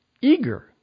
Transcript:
Eager